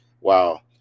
wow